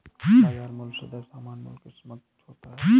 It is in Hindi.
बाजार मूल्य सदैव सामान्य मूल्य के समकक्ष ही होता है